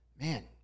Man